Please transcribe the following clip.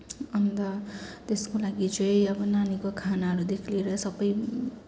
अन्त त्यसको लागि चाहिँ अब नानीको खानाहरूदेखि लिएर सबै